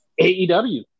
AEW